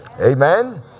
Amen